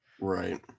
right